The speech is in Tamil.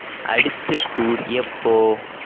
அடுத்த டூர் எப்போது